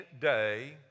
day